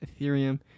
Ethereum